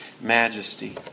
majesty